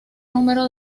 número